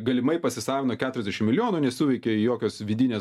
galimai pasisavino keturiasdešim milijonų nesuveikė jokios vidinės